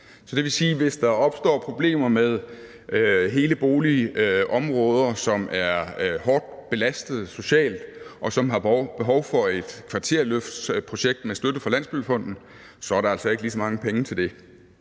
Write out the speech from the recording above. Så det vil sige, at hvis der opstår problemer med hele boligområder, som er socialt hårdt belastede, og som har behov for et kvarterløftsprojekt med støtte fra Landsbyggefonden, så er der altså ikke lige så mange penge til det.